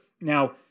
Now